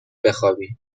بخوابی